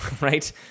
right